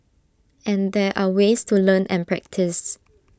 and there are ways to learn and practice